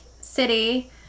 city